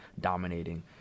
dominating